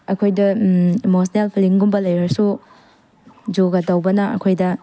ꯑꯩꯈꯣꯏꯗ ꯏꯃꯣꯁꯟꯅꯦꯜ ꯐꯤꯂꯤꯡꯁꯀꯨꯝꯕ ꯂꯩꯔꯁꯨ ꯌꯣꯒ ꯇꯧꯕꯅ ꯑꯩꯈꯣꯏꯗ